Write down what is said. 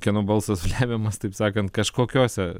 kieno balsas lemiamas taip sakant kažkokiose